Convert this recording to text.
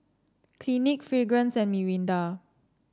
Clinique Fragrance and Mirinda